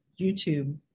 YouTube